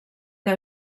que